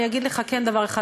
אני אגיד לך דבר אחד,